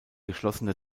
geschlossene